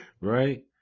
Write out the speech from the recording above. right